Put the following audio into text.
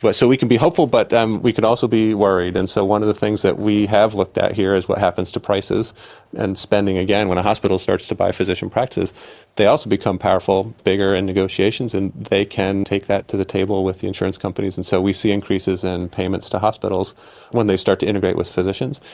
but so we can be hopeful, but we could also be worried. and so one of the things that we have looked at here is what happens to prices and spending. again, when a hospital starts to buy physician practices they also become powerful, bigger in negotiations and they can take that to the table with the insurance companies, and so we see increases in payments to hospitals when they start to integrate with physicians.